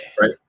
Right